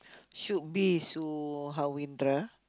should be Suhawindra